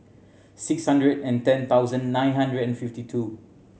six hundred and ten thousand nine hundred and fifty two